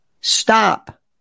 stop